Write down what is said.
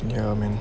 ya man